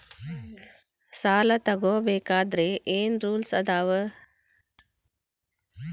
ಸಾಲ ತಗೋ ಬೇಕಾದ್ರೆ ಏನ್ ರೂಲ್ಸ್ ಅದಾವ?